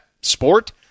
sport